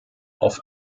auf